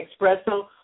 Expresso